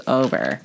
over